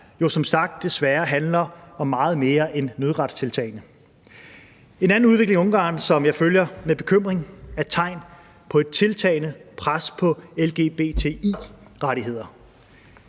jo som sagt desværre handler om meget mere end nødretstiltagene. Kl. 18:40 En anden udvikling i Ungarn, som jeg følger med bekymring, er tegn på et tiltagende pres på lbgti-rettigheder.